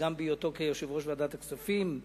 וגם בהיותו יושב-ראש ועדת הכספים,